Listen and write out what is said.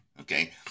okay